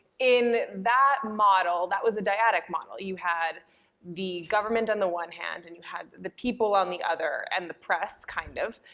in that model, that was a dyadic model. you had the government on the one hand and you had the people on the other, and the press kind of,